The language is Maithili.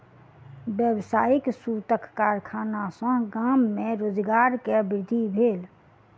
व्यावसायिक सूतक कारखाना सॅ गाम में रोजगार के वृद्धि भेल